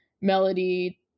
melody